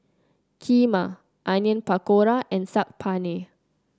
Kheema Onion Pakora and Saag Paneer